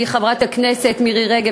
היא חברת הכנסת מירי רגב,